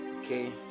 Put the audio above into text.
okay